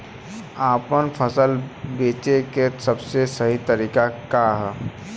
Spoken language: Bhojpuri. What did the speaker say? आपन फसल बेचे क सबसे सही तरीका का ह?